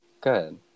good